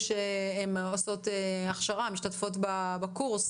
אבל זה משהו שהמוסד לביטוח לאומי עובד עליו.